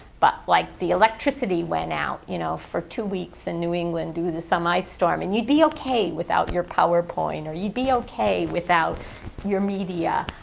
but like the electricity went out you know for two weeks in new england due to some ice storm, and you'd be okay without your powerpoint or you'd be okay without your media.